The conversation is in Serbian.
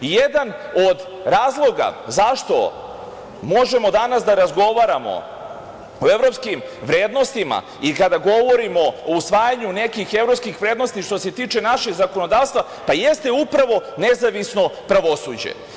Jedan od razloga zašto možemo danas da razgovaramo o evropskim vrednostima i kada govorimo o usvajanju nekih evropskih vrednosti što se tiče našeg zakonodavstva, pa jeste upravo nezavisno pravosuđe.